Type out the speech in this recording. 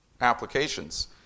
applications